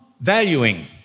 valuing